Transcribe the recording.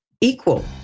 equal